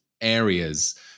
areas